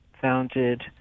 founded